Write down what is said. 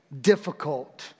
difficult